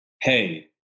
Hey